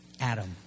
Adam